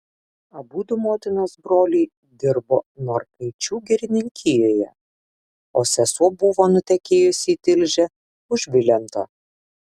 abudu motinos broliai dirbo norkaičių girininkijoje o sesuo buvo nutekėjusi į tilžę už vilento